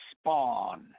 spawn